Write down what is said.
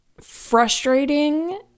frustrating